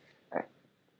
alright